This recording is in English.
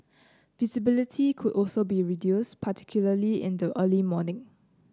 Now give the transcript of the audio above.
visibility could also be reduced particularly in the early morning